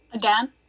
again